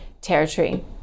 territory